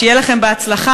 שיהיה לכם בהצלחה.